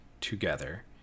together